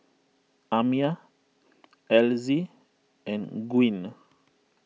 Amiah Elzy and Gwyn